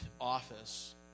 office